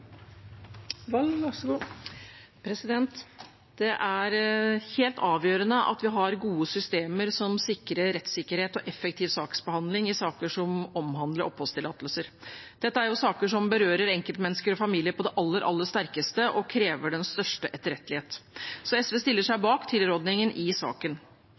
helt avgjørende at vi har gode systemer som sikrer rettssikkerhet og effektiv saksbehandling i saker som omhandler oppholdstillatelser. Dette er saker som berører enkeltmennesker og familier på det aller, aller sterkeste og krever den største etterrettelighet. SV stiller seg bak tilrådningen i saken.